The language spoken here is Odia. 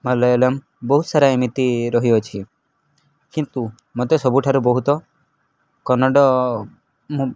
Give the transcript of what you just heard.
ମାଲୟଲମ୍ ବହୁତ ସାରା ଏମିତି ରହିଅଛି କିନ୍ତୁ ମୋତେ ସବୁଠାରୁ ବହୁତ କନ୍ନଡ଼